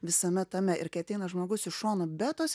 visame tame ir kai ateina žmogus iš šono be tos